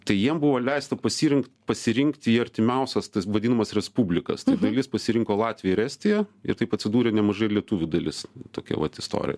tai jiem buvo leista pasirink pasirinkti į artimiausias tas vadinamas respublikas tai dalis pasirinko latviją ir estiją ir taip atsidūrė nemaža ir lietuvių dalis tokia vat istorija